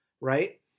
right